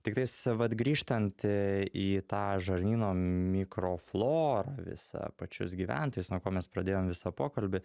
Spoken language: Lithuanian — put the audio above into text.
tiktais vat grįžtant į tą žarnyno mikroflorą visą pačius gyventojus nuo ko mes pradėjom visą pokalbį